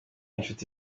inshuti